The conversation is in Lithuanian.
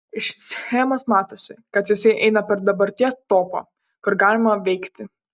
iš schemos matosi kad jisai eina per dabarties topą kur galima veikti